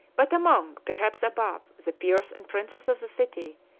but among, perhaps above, the peers and princes of the city,